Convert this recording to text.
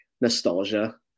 nostalgia